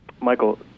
Michael